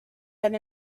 that